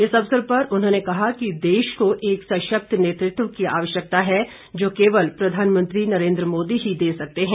इस अवसर पर उन्होंने कहा कि देश को एक सशक्त नेतृत्व की आवश्यकता है जो केवल प्रधानमंत्री नरेन्द्र मोदी ही दे सकते हैं